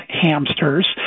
hamsters